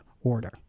order